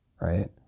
right